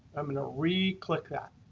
i'm going to reclick that.